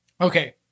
Okay